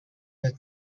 بهت